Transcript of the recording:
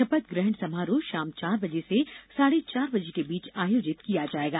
शपथ ग्रहण समारोह शाम चार बजे से साढ़े चार बजे के बीच आयोजित किया जाएगा